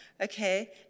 okay